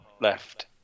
left